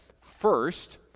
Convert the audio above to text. first